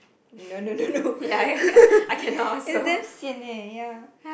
no no no no it's damn sian eh ya